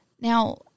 Now